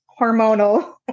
hormonal